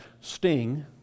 Sting